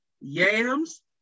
yams